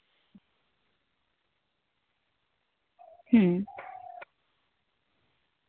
ᱦᱩᱸ